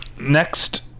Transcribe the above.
Next